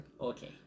Okay